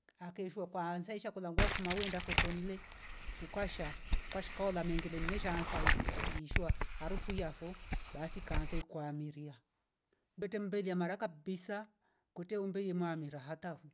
Ateishwa kwaanza ishakola nguwa fuma wenda sokonile ukasha kwashkola mengele nesha asaisiishwa harufu yafo basi kaanze ikwamiria. Bete mberia mara kabsia kute umbeye mami rahatavo.